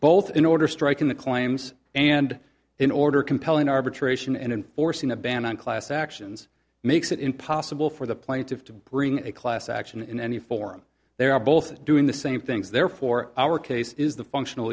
both in order striking the claims and in order compelling arbitration and enforcing a ban on class actions makes it impossible for the plaintiff to bring a class action in any form they are both doing the same things therefore our case is the functional